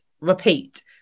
repeat